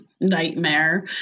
nightmare